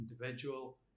individual